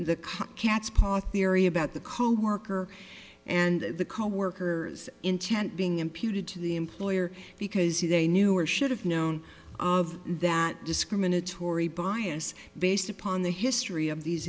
the cat's paw theory about the coworker and the coworkers intent being imputed to the employer because he they knew or should have known of that discriminatory bias based upon the history of these